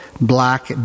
Black